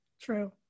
True